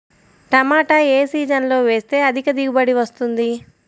టమాటా ఏ సీజన్లో వేస్తే అధిక దిగుబడి వస్తుంది?